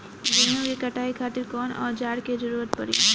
गेहूं के कटाई खातिर कौन औजार के जरूरत परी?